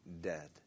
dead